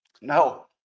No